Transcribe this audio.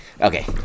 Okay